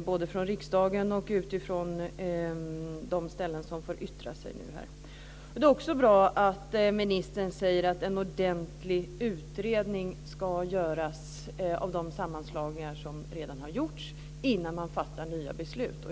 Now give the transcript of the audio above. både från riksdagen och från de ställen som får yttra sig. Det är också bra att ministern säger att en ordentlig utredning ska göras av de sammanslagningar som redan har gjorts innan man fattar nya beslut.